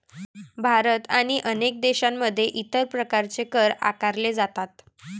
भारत आणि अनेक देशांमध्ये इतर प्रकारचे कर आकारले जातात